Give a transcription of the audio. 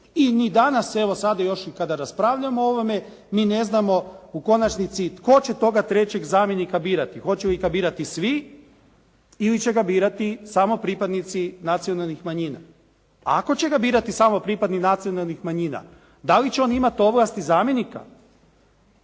I ni danas, evo sada još i kada raspravljamo o ovome, mi ne znamo u konačnici tko će toga 3. zamjenika birati. Hoće li to birati svi ili će ga birati samo pripadnici nacionalnih manjina. Ako će ga birati samo pripadnik nacionalnih manjina, da li će on imati ovlasti zamjenika?